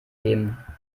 gegeben